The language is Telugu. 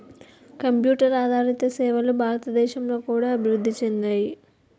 కంప్యూటర్ ఆదారిత సేవలు భారతదేశంలో కూడా అభివృద్ధి చెందాయి